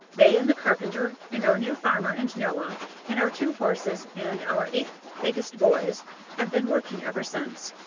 they and the carpenter and our new farmer and noah and our two horses and our eight biggest boys have been working ever since.